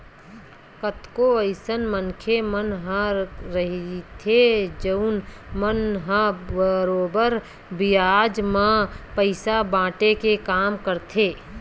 कतको अइसन मनखे मन ह रहिथे जउन मन ह बरोबर बियाज म पइसा बाटे के काम करथे